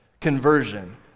conversion